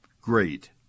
great